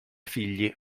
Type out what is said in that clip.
figli